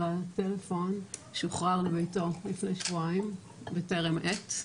הטלפון שוחרר לביתו לפני שבועיים בטרם עת,